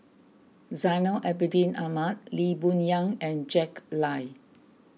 Zainal Abidin Ahmad Lee Boon Yang and Jack Lai